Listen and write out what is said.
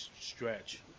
stretch